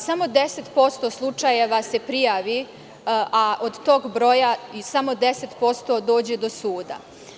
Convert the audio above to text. Samo 10% slučajeva se prijavi, a od tog broja samo 10% dođe do suda.